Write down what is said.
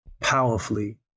powerfully